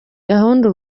gahunda